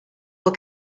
will